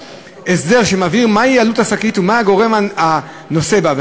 הסדר שמבהיר מהי עלות השקית ומיהו הגורם הנושא בה,